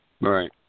Right